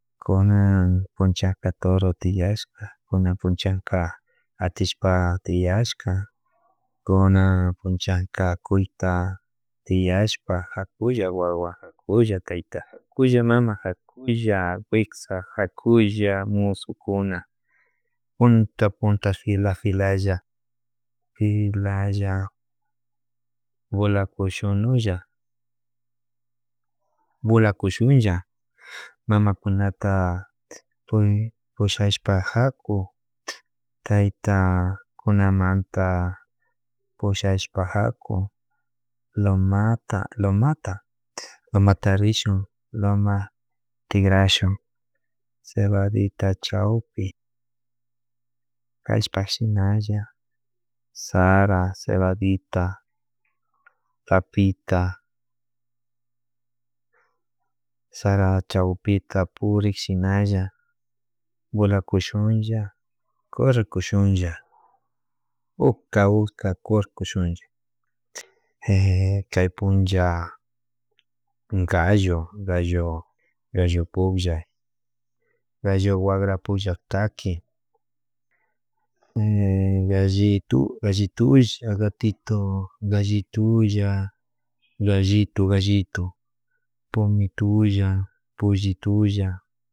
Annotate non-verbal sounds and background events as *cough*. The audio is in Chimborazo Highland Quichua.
Kuna punchaka toro tiyashka kuan punchak atillpa tiyashaka kunan punchaka kuyta tiashpa jakulla wawa jakulla tayta jakulla mama jakulla kuysa jakulla musukuna punta punta fila filalla filalla volakushunulla, volakushunlla mamakunata pushashpa jaku tayta kunamanta pushashpa haku lomata lomata lomata rishun loma tigrashun cebadita chawpi ashpashinalla sara, cebadita, papita, sara chaupita purik shinalla volakushunlla correkushunlla uka utka corcushunlla *hesitation* kay punlla gallo gallo puklla gallo wagra puklla taki *hesitation* gallito gallitulla gatito gallitulla gallitu gallitu pumitulla pollitulla